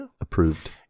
Approved